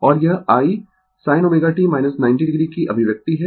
और यह I sin ω t 90 o की अभिव्यक्ति है